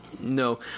no